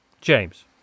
James